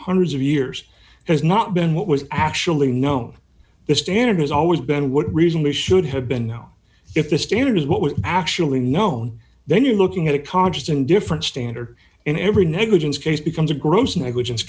hundreds of years has not been what was actually known the standard has always been what reason we should have been if the standard is what was actually known then you're looking at a constant different standard in every negligence case becomes a gross negligence